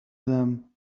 them